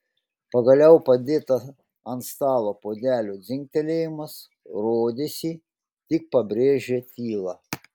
pagaliau padėto ant stalo puodelio dzingtelėjimas rodėsi tik pabrėžė tylą